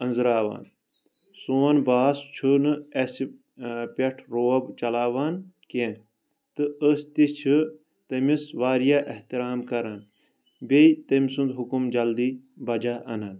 انزراوان سون باس چھُنہٕ اسہِ پیٹھ رُوب چلاوان کیٚنٛہہ تہٕ أسۍ تہِ چھِ تمس واریاہ احترام کران بییہِ تمہٕ سُند حُکم جلدی بجا انن